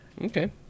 Okay